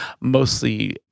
mostly